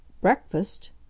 Breakfast